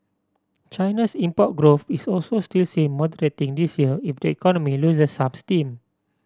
China's import growth is also still seen moderating this year if the economy loses some steam